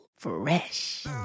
fresh